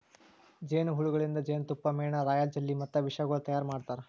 ಜೇನು ಹುಳಗೊಳಿಂದ್ ಜೇನತುಪ್ಪ, ಮೇಣ, ರಾಯಲ್ ಜೆಲ್ಲಿ ಮತ್ತ ವಿಷಗೊಳ್ ತೈಯಾರ್ ಮಾಡ್ತಾರ